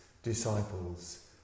disciples